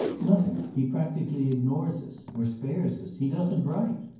nothing. he practically ignores us or spares us. he doesn't write.